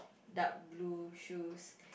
dark blue shoes